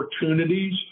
opportunities